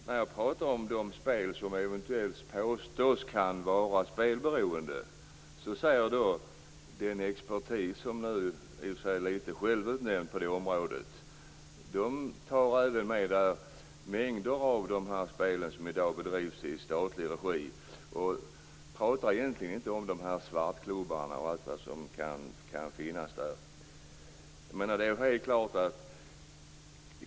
När det gäller de spel som eventuellt kan leda till spelberoende tar den expertis som är självutnämnd på det området med mängder av de spel som i dag drivs i statlig regi och talar egentligen inte om svartklubbar som kan finnas.